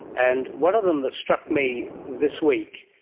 and one of them that struck me this week,